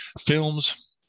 films